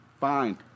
Fine